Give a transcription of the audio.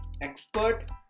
Expert